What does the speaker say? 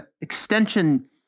Extension